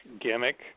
gimmick